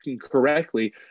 correctly